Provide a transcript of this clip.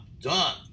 done